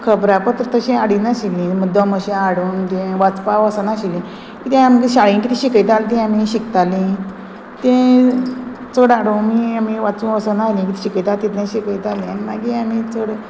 खबरापत्र तशी हाडिनाशिल्लीं मुद्दम अशें हाडून जें वाचपा वोचनाशिल्लें कितें आमी शाळेंत कितें शिकयतालें तें आमी शिकतालीं तें चड हाडून आमी आमी वाचूं वोसनाशिल्ली कितें शिकयता तितलें शिकयतालें आनी मागीर आमी चड